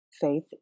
faith